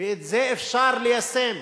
ואת זה אפשר ליישם.